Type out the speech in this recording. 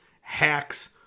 hacks